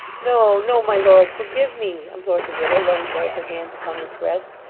no, no, my lord, forgive me implored the widow, laying both her hands upon his breast,